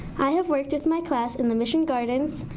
i have worked with my class in the mission gardens.